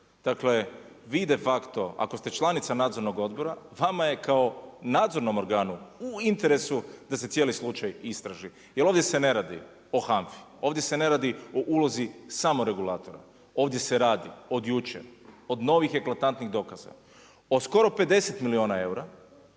Dakle, vi de facto ako ste članica Nadzornog odbora vama je kao nadzornom organu u interesu da se cijeli slučaj istraži jer ovdje se ne radi o HANFA-i. Ovdje se ne radi o ulozi samo regulatora, ovdje se radi od jučer, od novih eklatantnih dokaza, o skoro 50 milijuna eura.